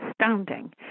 astounding